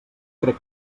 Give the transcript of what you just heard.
crec